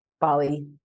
Bali